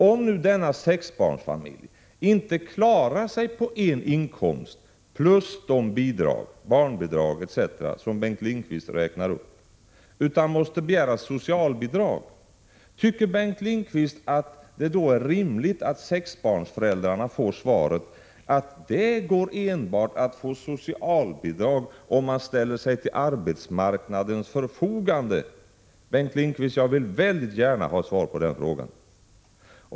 Om nu denna sexbarnsfamilj inte klarar sig på en inkomst plus de bidrag, barnbidrag etc. som Bengt Lindqvist räknar upp utan måste begära socialbidrag, tycker Bengt Lindqvist att det då är rimligt att sexbarnsföräldrarna får svaret att det går att få socialbidrag endast om man ställer sig till arbetsmarknadens förfogande? Bengt Lindqvist, jag vill mycket gärna ha svar på den frågan.